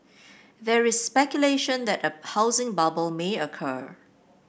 there is speculation that a housing bubble may occur